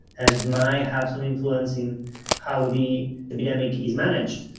and my have some influence in how the epidemic is managed.